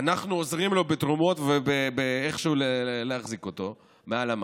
אנחנו עוזרים בתרומות איכשהו להחזיק אותו מעל המים.